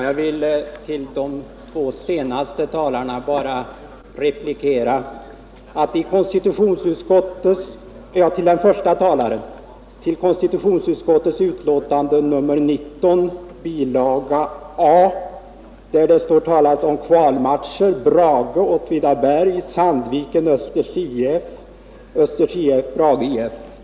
Herr talman! Jag vill bara replikera de två senaste talarna och vänder mig först till herr Rydén. I konstitutionsutskottets betänkande nr 19 år 1970 bilaga A står det talat om kvalmatcherna Brage—Åtvidaberg, Sandvikens IF-Östers IF och Östers IF—Brage.